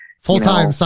full-time